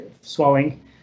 swelling